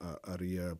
ar jie